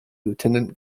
lieutenant